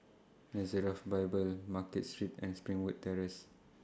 Nazareth Bible Market Street and Springwood Terrace